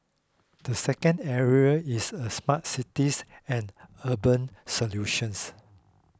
the second area is a smart cities and urban solutions